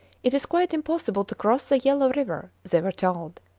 it is quite impossible to cross the yellow river, they were told.